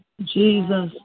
Jesus